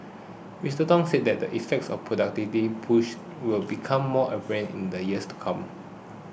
Mister Song said the effects of the productivity push will become more apparent in the years to come